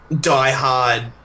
die-hard